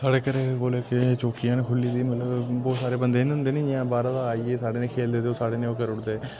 साढ़े घरे दे कोल इक एह् चौकी ऐ ना खुल्ली दी मतलब बोह्त सारे बंदे नी होंदे ना इयां बाह्रा दा आइयै साढ़े ने खेलदे ते साढ़े ने ओह् करी ओड़दे